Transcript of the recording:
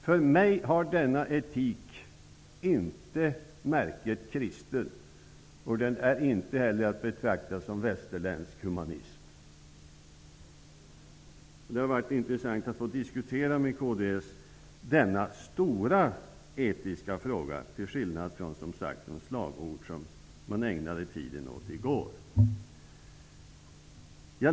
För mig har denna etik inte ett kristet märke. Detta är inte heller att betrakta som västerländsk humanism. Det hade varit intressant att få diskutera detta med kds. Detta är, som sagt, en stor etisk fråga till skillnad från det som man ägnade tiden åt i går.